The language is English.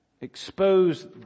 Expose